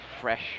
fresh